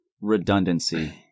redundancy